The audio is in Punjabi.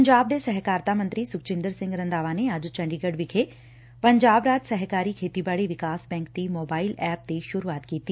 ਪੰਜਾਬ ਦੇ ਸਹਿਕਾਰਤਾ ਮੰਤਰੀ ਸੁਖਜੰਦਰ ਸਿੰਘ ਰੰਧਾਵਾ ਨੇ ਅੱਜ ਚੰਡੀਗੜ ਵਿਖੇ ਪੰਜਾਬ ਰਾਜ ਸਹਿਕਾਰੀ ਖੇਤੀਬਾੜੀ ਵਿਕਾਸ ਬੈਕ ਦੀ ਮੋਬਾਇਲ ਐਪ ਦੀ ਸ਼ੁਰੁਆਤ ਕੀਤੀ